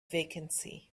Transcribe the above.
vacancy